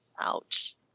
Ouch